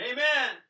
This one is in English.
Amen